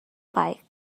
bike